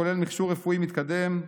כולל ציוד רפואי מתקדם,